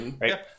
Right